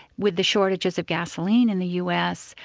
with the shortages of gasoline in the us,